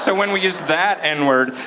so when we use that n-word,